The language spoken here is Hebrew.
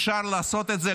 אפשר לעשות את זה,